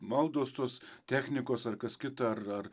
maldos tos technikos ar kas kita ar ar